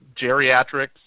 geriatrics